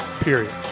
period